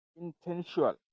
intentional